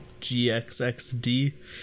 GXXD